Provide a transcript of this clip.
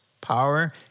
power